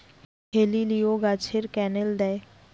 হেলিলিও গাছে ক্যানেল দেয়?